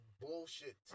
bullshit